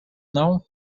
não